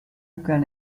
can